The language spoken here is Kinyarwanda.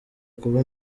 kuba